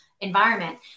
environment